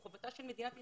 חובתה של מדינת ישראל,